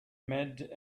made